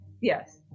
Yes